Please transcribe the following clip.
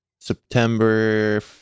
September